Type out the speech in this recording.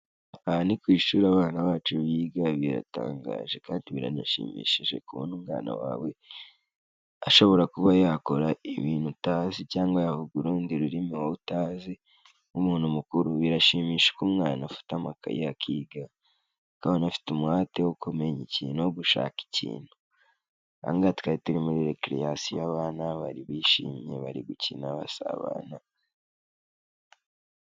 Aha ni ku ishuri abana bacu biga, biratangaje kandi biranashimishije kubona umwana wawe ashobora kuba yakora ibintu utazi cyangwa yavuga urundi rurimi utazi nk'umuntu mukuru, birashimisha ko umwana afata amakaye akiga, ukabona afite umuhate wo kumenya ikintu, wo gushaka ikintu, aha ngaha twari turi muri rekereyasiyo, abana bari bishimye bari gukina basabana.